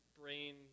brain